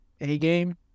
A-game